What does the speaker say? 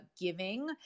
giving